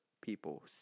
people